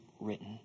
written